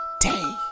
day